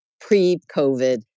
pre-COVID